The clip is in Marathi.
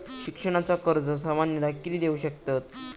शिक्षणाचा कर्ज सामन्यता किती देऊ शकतत?